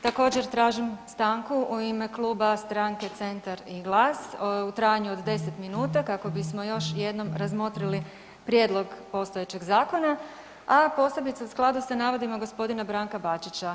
Također tražim stanku u ime kluba stranke Centar i GLAS u trajanju od 10 minuta kako bismo još jednom razmotrili prijedlog postojećeg zakona, a posebice u skladu sa navodima g. Branka Bačića.